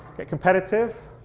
get competitive.